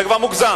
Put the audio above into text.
זה כבר מוגזם.